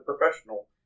professional